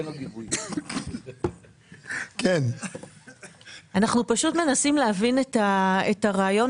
אנחנו פשוט מנסים להבין את הרעיון